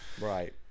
Right